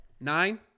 Nine